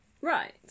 Right